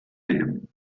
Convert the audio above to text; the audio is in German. nehmen